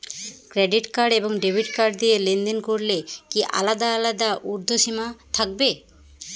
Credit card এবং debit card দিয়ে লেনদেন করলে কি আলাদা আলাদা ঊর্ধ্বসীমা থাকবে?